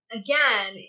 again